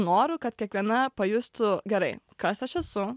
noru kad kiekviena pajustų gerai kas aš esu